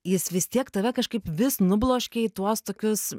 jis vis tiek tave kažkaip vis nubloškia į tuos tokius